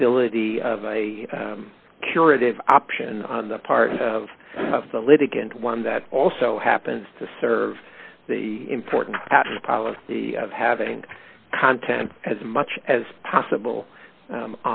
ability of a curative option on the part of the litigant one that also happens to serve the important policy of having content as much as possible